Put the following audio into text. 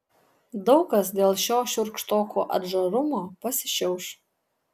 daug kas dėl šio šiurkštoko atžarumo pasišiauš